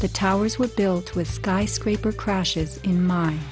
the towers were built with skyscraper crashes in mind